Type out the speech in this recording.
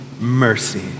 mercy